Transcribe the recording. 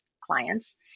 clients